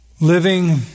living